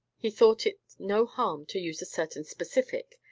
he thought it no harm to use a certain specific,